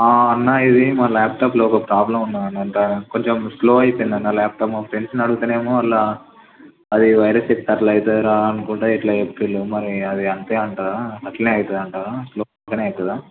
అన్న ఇది మా లాప్టాప్లో ఒక ప్రాబ్లెమ్ ఉంది అన్న కొంచెం స్లో అయిపోయింది అన్న లాప్టాప్ మా ఫ్రెండ్స్ని అడుగతే ఏమో వాళ్ళ అది వైరస్ ఎక్కితే అట్లా అవుతుంది రా అనుకుంటాను ఇట్ల చెప్పిర్రు మరి అంతే అంటారా అట్లనే అవుతుంది అంటారా స్లోగా అవుతుందా